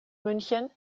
münchen